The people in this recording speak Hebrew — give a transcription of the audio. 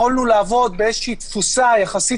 יכולנו לעבוד באיזו שהיא תפוסה יחסית